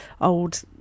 old